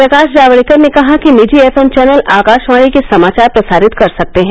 प्रकाश जावड़ेकर ने कहा कि निजी एफएम चैनल आकाशवाणी के समाचार प्रसारित कर सकते हैं